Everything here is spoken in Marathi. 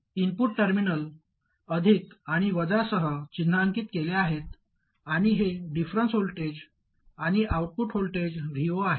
इनपुट टर्मिनल अधिक आणि वजासह चिन्हांकित केले आहेत आणि हे डिफरंन्स व्होल्टेज आणि आउटपुट व्होल्टेज Vo आहे